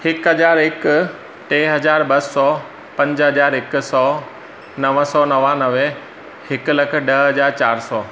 हिकु हज़ार हिकु टे हज़ार ॿ सौ पंज हज़ार हिकु सौ नव सौ नवानवे हिकु लखु ॾह हज़ार चारि सौ